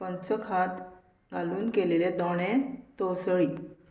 पंचखाद घालून केलेले दोणे तोसळी